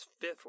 fifth